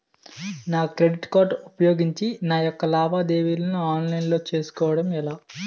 నా credit card ఉపయోగించి నా యెక్క లావాదేవీలను ఆన్లైన్ లో చేసుకోవడం ఎలా?